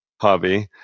hobby